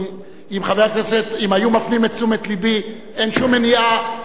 אם היו מפנים את תשומת לבי, אין שום מניעה.